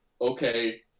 Okay